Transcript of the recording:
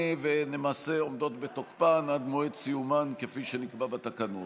ולמעשה עומדות בתוקפן עד מועד סיומן כפי שנקבע בתקנות.